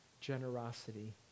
generosity